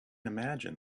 imagine